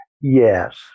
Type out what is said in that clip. Yes